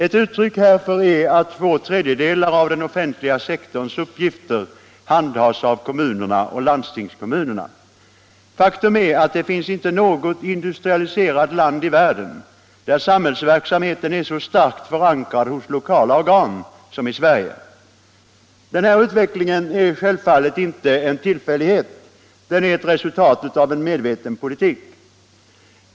Ett uttryck härför är att två tredjedelar av den offentliga sektorns uppgifter handhas av primärkommunerna och landstingskommunerna. Faktum är att det inte finns något annat industrialiserat land i världen där samhällsverksamheten är så starkt förankrad hos de lokala organen som i Sverige. Den här utvecklingen är självfallet inte en tillfällighet. Den är ett resultat av en medveten politik.